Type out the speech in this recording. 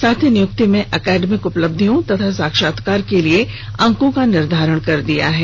साथ ही नियुक्ति में एकेडिमक उपलब्धियों तथा साक्षात्कार के लिए अंकों का निर्धारण कर दिया है